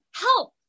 help